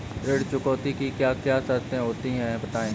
ऋण चुकौती की क्या क्या शर्तें होती हैं बताएँ?